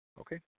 Okay